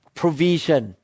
provision